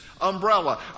umbrella